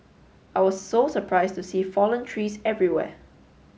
I was so surprised to see fallen trees everywhere